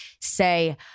say